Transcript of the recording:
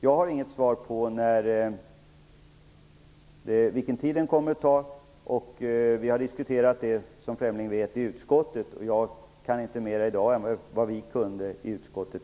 Jag har inget svar på frågan vilken tid det kommer att ta. Vi har, som Fremling vet, diskuterat det i utskottet, och jag kan inte mer om detta i dag än vad vi senast visste i utskottet.